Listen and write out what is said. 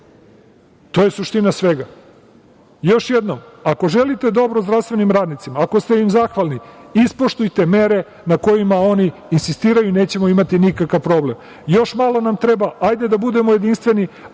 To je suština svega. Još jednom, ako želite dobro zdravstvenim radnicima, ako ste im zahvalni, ispoštujte mere na kojima oni insistiraju i nećemo imati nikakav problem. Još malo nam treba, hajde da budemo jedinstveni,